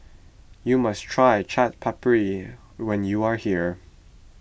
you must try Chaat Papri when you are here